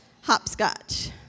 Hopscotch